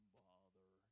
bother